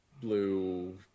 blue